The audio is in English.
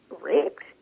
raped